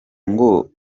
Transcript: ngo